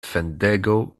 fendego